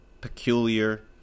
peculiar